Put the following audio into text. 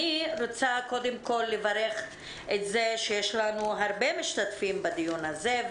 אני רוצה קודם כל לברך את זה שיש לנו הרבה משתתפים בדיון הזה.